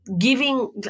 giving